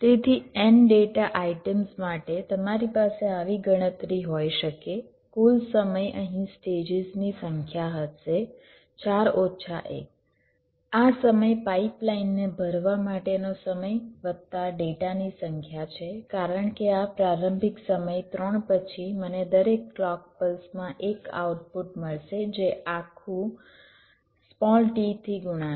તેથી n data items માટે તમારી પાસે આવી ગણતરી હોઈ શકે કુલ સમય અહીં સ્ટેજીસની સંખ્યા હશે 4 ઓછા 1 આ સમય પાઇપલાઇનને ભરવા માટેનો સમય વત્તા ડેટાની સંખ્યા છે કારણ કે આ પ્રારંભિક સમય 3 પછી મને દરેક ક્લૉક પલ્સ માં 1 આઉટપુટ મળશે જે આખું t થી ગુણાશે